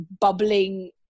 bubbling